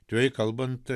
atvirai kalbant